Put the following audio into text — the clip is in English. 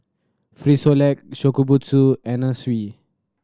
Frisolac Shokubutsu Anna Sui